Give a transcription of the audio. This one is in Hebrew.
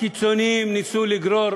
הקיצונים ניסו לגרור